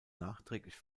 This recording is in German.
nachträglich